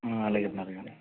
అలాగే అండి అలాగే అండి